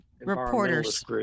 reporters